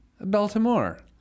Baltimore